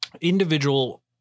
individual